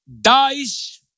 dies